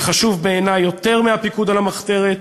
זה חשוב בעיני יותר מהפיקוד על המחתרת,